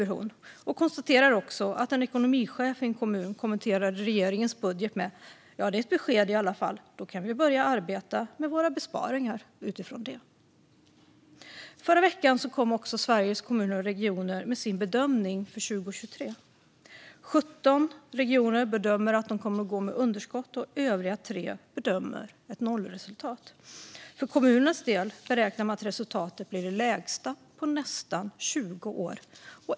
Hon konstaterar också att en ekonomichef i en kommun kommenterade regeringens budget med orden: Ja, det är ett besked i alla fall. Då kan vi börja arbeta med våra besparingar utifrån det. Förra veckan kom också Sveriges Kommuner och Regioner med sin bedömning för 2023. 17 regioner bedömer att de kommer att gå med underskott, och övriga 3 bedömer att de kommer att ha ett nollresultat. För kommunernas del beräknar man att resultatet blir det lägsta på nästan 20 år.